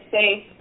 safe